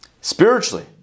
Spiritually